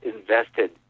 invested